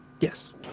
Yes